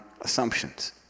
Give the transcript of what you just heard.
assumptions